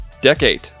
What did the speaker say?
Decade